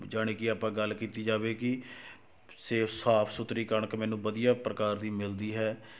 ਜਾਣੀ ਕਿ ਆਪਾਂ ਗੱਲ ਕੀਤੀ ਜਾਵੇ ਕਿ ਸੇਫ ਸਾਫ਼ ਸੁਥਰੀ ਕਣਕ ਮੈਨੂੰ ਵਧੀਆ ਪ੍ਰਕਾਰ ਦੀ ਮਿਲਦੀ ਹੈ